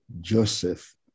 Joseph